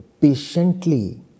patiently